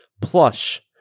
plush